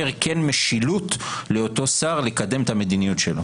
משילות לאותו שר לקדם את המדיניות שלו?